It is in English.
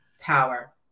power